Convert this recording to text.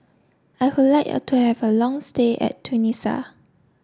I would like to have a long stay in Tunisia